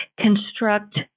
construct